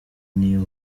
niyo